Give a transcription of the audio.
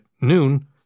noon